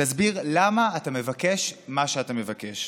תסביר למה אתה מבקש מה שאתה מבקש.